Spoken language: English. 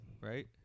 Right